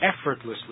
effortlessly